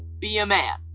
be a man.